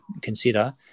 consider